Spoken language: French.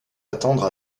attendre